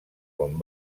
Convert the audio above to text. quan